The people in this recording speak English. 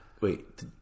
wait